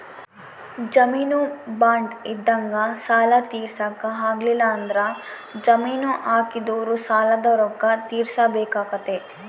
ಜಾಮೀನು ಬಾಂಡ್ ಇದ್ದಂಗ ಸಾಲ ತೀರ್ಸಕ ಆಗ್ಲಿಲ್ಲಂದ್ರ ಜಾಮೀನು ಹಾಕಿದೊರು ಸಾಲದ ರೊಕ್ಕ ತೀರ್ಸಬೆಕಾತತೆ